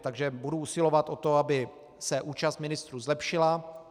Takže budu usilovat o to, aby se účast ministrů zlepšila.